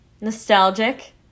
nostalgic